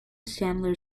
sandler